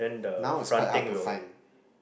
now it's quite hard to find